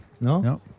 No